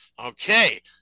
Okay